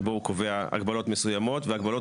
ובו הוא קובע הגבלות מסוימות והגבלות